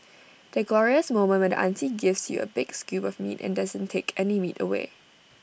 the glorious moment when the auntie gives you A big scoop of meat and doesn't take any meat away